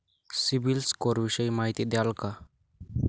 CIBIL score विषयी माहिती द्याल का?